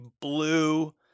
blue